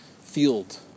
field